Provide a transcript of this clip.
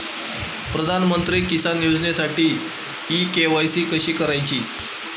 प्रधानमंत्री किसान योजनेसाठी इ के.वाय.सी कशी करायची?